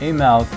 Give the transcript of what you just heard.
Email